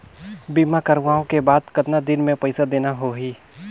बीमा करवाओ के बाद कतना दिन मे पइसा देना हो ही?